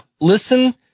listen